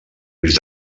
risc